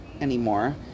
anymore